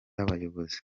abayobozi